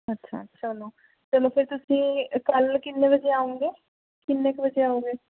ਅੱਛਾ ਚਲੋ ਚਲੋ ਫਿਰ ਤੁਸੀਂ ਕੱਲ੍ਹ ਕਿੰਨੇ ਵਜੇ ਆਉਂਗੇ ਕਿੰਨੇ ਕੁ ਵਜੇ ਆਉਂਗੇ